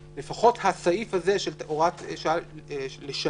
אבל לפחות הסעיף הזה, של הוראת שעה לשנה,